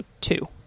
two